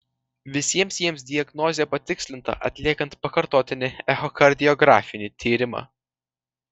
visiems jiems diagnozė patikslinta atliekant pakartotinį echokardiografinį tyrimą